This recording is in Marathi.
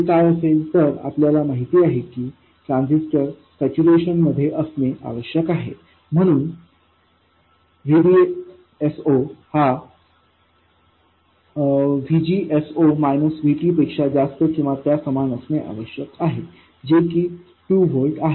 ते काय असेल तर आपल्याला माहित आहे की ट्रांजिस्टर सॅच्युरेशन मध्ये असणे आवश्यक आहे म्हणून VDS0 हा VGS0 VT पेक्षा जास्त किंवा त्या समान असणे आवश्यक आहे जे की 2 व्होल्ट आहे